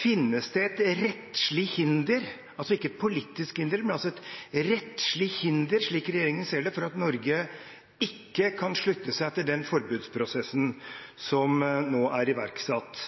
Finnes det et rettslig hinder – altså ikke et politisk hinder, men et rettslig hinder – slik regjeringen ser det, for at Norge ikke kan slutte seg til den forbudsprosessen som nå er iverksatt?